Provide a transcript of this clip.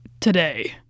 today